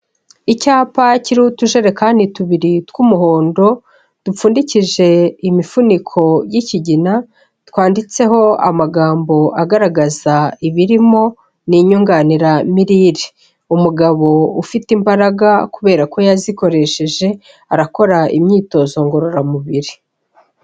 Icyapa kiriho utujerekani tubiri tw'umuhondo, dupfundikishije imifuniko y'ikigina, twanditseho amagambo agaragaza ibirimo, ni inyunganiramirire, umugabo ufite imbaraga kubera ko yazikoresheje arakora imyitozo ngororamubiri.